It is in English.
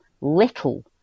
little